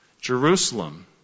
Jerusalem